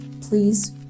please